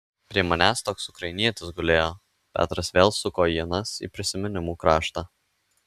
prie manęs toks ukrainietis gulėjo petras vėl suko ienas į prisiminimų kraštą